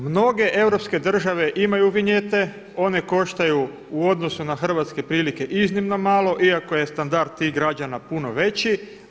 Mnoge europske države imaju vinjete, one koštaju u odnosu na hrvatske prilike iznimno malo, iako je standard tih građana puno veći.